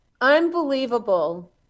Unbelievable